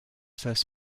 first